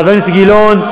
חבר הכנסת גילאון,